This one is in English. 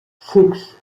six